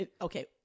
okay